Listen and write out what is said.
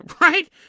right